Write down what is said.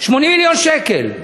80 מיליון שקלים.